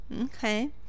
okay